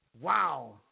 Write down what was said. Wow